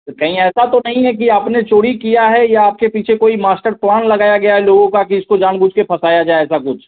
तो कहीं ऐसा तो नहीं है कि आपने चोरी किया है या आपके पीछे कोई मास्टर प्लान लगाया गया है लोगों का कि इसको जानबूझ कर फंसाया जाए ऐसा कुछ